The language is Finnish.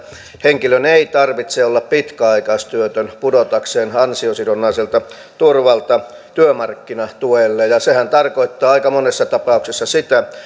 henkilön ei tarvitse olla pitkäaikaistyötön pudotakseen ansiosidonnaiselta turvalta työmarkkinatuelle sehän tarkoittaa aika monessa tapauksessa sitä